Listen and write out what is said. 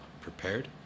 prepared